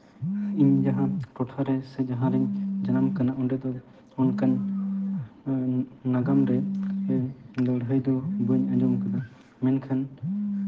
ᱤᱧ ᱡᱟᱦᱟᱸ ᱴᱚᱴᱷᱟᱨᱮ ᱥᱮ ᱡᱟᱦᱟᱸᱨᱮᱧ ᱡᱟᱱᱟᱢ ᱠᱟᱱᱟ ᱚᱸᱰᱮ ᱫᱚ ᱚᱱᱠᱟᱱ ᱱᱟᱜᱟᱢ ᱨᱮ ᱞᱟᱹᱲᱦᱟᱹᱭ ᱫᱚ ᱵᱟᱹᱧ ᱟᱸᱡᱚᱢ ᱠᱟᱫᱟ ᱢᱮᱱᱠᱷᱟᱱ